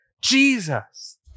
Jesus